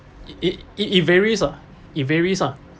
it it it varies ah it varies ah